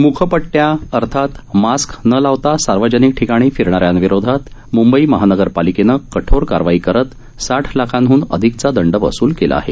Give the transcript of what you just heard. मुखपट्या अर्थात मास्क न लावता सार्वजनिक ठिकाणी फिरणाऱ्यांविरोधात मुंबई महानगर पालिकेनं कठोर कारवाई करत साठ लाखांहन अधिकचा दंड वसुल केला आहे